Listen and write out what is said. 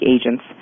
agents